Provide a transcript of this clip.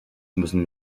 müssen